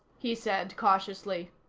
he said cautiously.